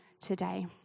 today